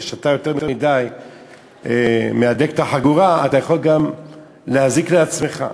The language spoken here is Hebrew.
כשאתה מהדק את החגורה יותר מדי אתה יכול גם להזיק לעצמך,